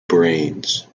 brains